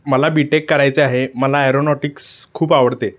मला B tech करायचे आहे मला ॲरोनॉटिक्स खूप आवडते